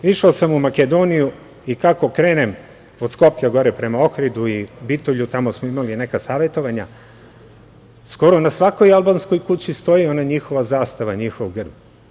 Išao sam u Makedoniju i kako krenem od Skoplja gore, prema Ohridu i Bitolju, tamo smo imali neka savetovanja, skoro na svakoj albanskoj kući stoji ona njihova zastava, njihov grb.